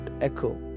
echo